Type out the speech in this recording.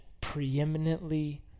preeminently